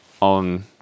on